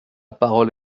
parole